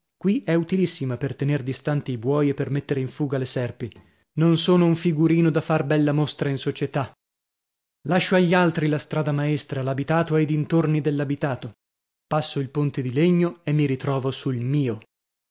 qui è utilissima per tener distanti i buoi e per mettere in fuga le serpi non sono un figurino da far bella mostra in società lascio agli altri la strada maestra l'abitato e i dintorni dell'abitato passo il ponte di legno e mi ritrovo sul mio